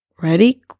Ready